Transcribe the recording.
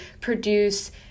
produce